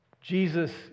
Jesus